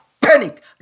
panic